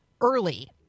Early